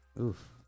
Oof